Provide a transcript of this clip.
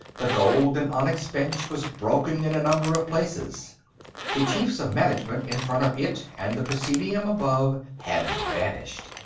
the gold and onyx bench was broken in a number of places the chiefs of management in front of it, and the presidium above, had vanished.